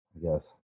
Yes